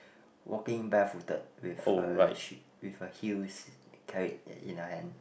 walking bare footed with a sh~ with a heels carried in her hand